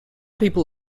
people